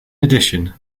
addition